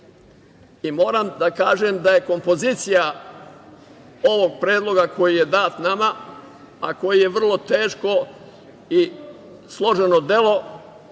pojam. Moram da kažem da je kompozicija ovog Predloga koji je dat nama, a koji je vrlo teško i složeno delo